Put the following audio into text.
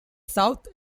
south